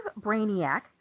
brainiac